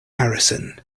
harrison